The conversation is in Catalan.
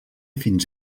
fins